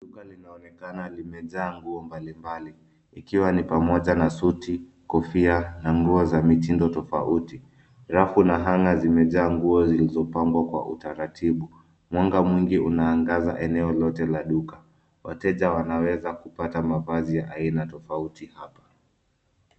Duka linaonekana limejaa nguo mbalimbali ikiwa ni pamoja na suti, kofia na nguo za mitindo tofauti. Rafu na hanger zimejaa nguo zilizopangwa kwa utaratibu. Mwanga mwingi unaangaza eneo lote la duka. Wateja wanaweza kupata mavazi ya aina tofauti hapa.